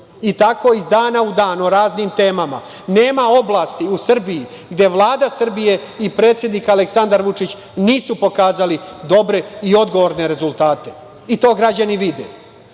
Tako iz dana u dan o raznim temama. Nema oblasti u Srbiji gde Vlada Srbije i predsednik Aleksandar Vučić nisu pokazali dobre i odgovorne rezultate. To građani vide